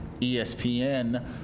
ESPN